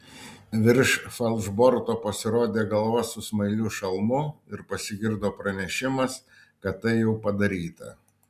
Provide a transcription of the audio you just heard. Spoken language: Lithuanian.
virš falšborto pasirodė galva su smailiu šalmu ir pasigirdo pranešimas kad tai jau padaryta